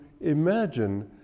imagine